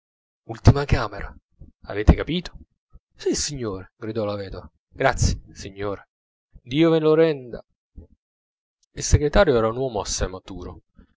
ultima camera avete capito sissignore gridò la vedova grazie signore dio ve lo renda il segretario era un uomo assai maturo